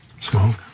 Smoke